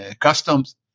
customs